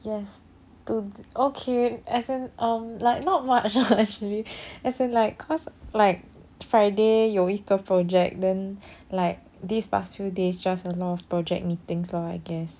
yes to okay as in um like not much ah actually as in like cause like friday 有一个 project then like these past few days just a lot of project meetings lor I guess